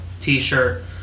t-shirt